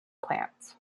plants